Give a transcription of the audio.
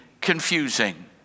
confusing